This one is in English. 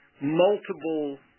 multiple